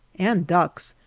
and ducks,